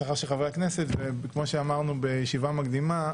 כמו שאמרנו בישיבה מקדימה,